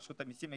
רשות המסים,